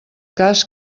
cas